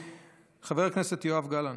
חבר הכנסת יואב גלנט.